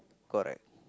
correct